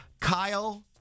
Kyle